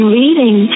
reading